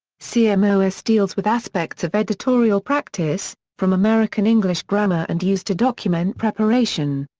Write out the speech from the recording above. cmos deals with aspects of editorial practice, from american english grammar and use to document preparation.